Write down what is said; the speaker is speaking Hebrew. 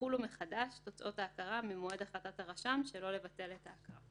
יחולו מחדש תוצאות ההכרה ממועד החלטת הרשם שלא לבטל את ההכרה.